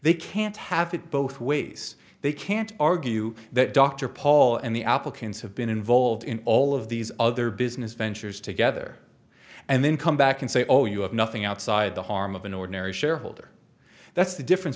they can't have it both ways they can't argue that dr paul and the applicants have been involved in all of these other business ventures together and then come back and say oh you have nothing outside the harm of an ordinary shareholder that's the difference